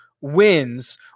wins